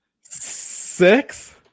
Six